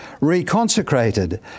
reconsecrated